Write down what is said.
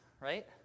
right